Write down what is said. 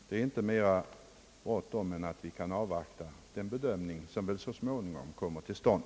Det är inte mera bråttom än att vi kan avvakta den samlande bedömning som så småningom kommer till stånd.